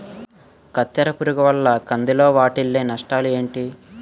కత్తెర పురుగు వల్ల కంది లో వాటిల్ల నష్టాలు ఏంటి